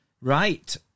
Right